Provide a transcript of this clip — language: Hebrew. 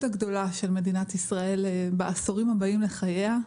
הגדולה של מדינת ישראל בעשורים הבאים לחייה,